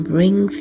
bring